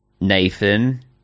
Nathan